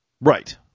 Right